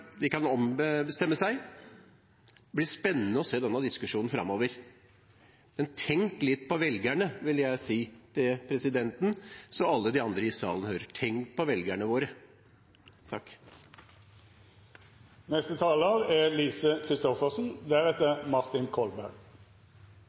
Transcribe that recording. de kan ombestemme seg. Det blir spennende å se denne diskusjonen framover, men tenk litt på velgerne. Det vil jeg si så alle i salen hører det: Tenk på velgerne våre.